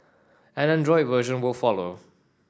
an Android version will follow